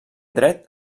dret